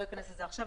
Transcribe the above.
לא אכנס לזה עכשיו,